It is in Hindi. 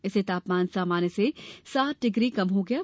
इससे तापमान सामान्य से सात डिग्री कम हो गया है